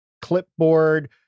clipboard